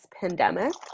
pandemic